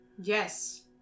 Yes